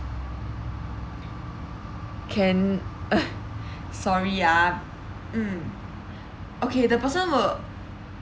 can uh sorry ah mm okay the person were